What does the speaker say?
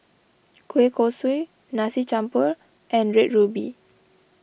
Kueh Kosui Nasi Campur and Red Ruby